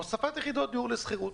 הוספת יחידות דיור לשכירות.